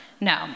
No